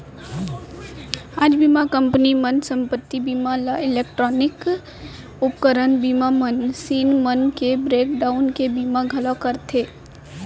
आज बीमा कंपनी मन संपत्ति बीमा म इलेक्टानिक उपकरन बीमा, मसीन मन के ब्रेक डाउन के बीमा घलौ करत हें